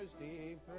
deep